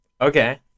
Okay